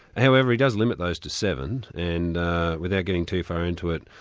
however he does limit those to seven, and without getting too far into it,